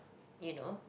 you know